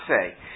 say